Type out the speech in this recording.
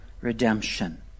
redemption